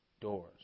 doors